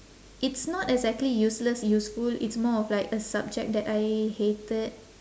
it's not exactly useless useful it's more of like a subject that I hated